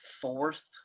fourth